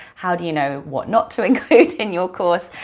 how do you know what not to include in your course,